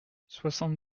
soixante